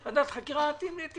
בסדר, זה מעניין מאוד,